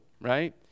right